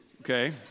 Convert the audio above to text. Okay